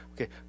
Okay